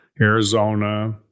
Arizona